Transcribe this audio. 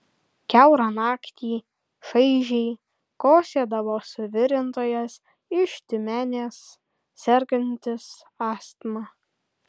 kiaurą naktį šaižiai kosėdavo suvirintojas iš tiumenės sergantis astma